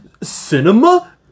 cinema